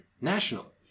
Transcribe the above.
National